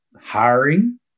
hiring